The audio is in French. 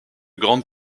grande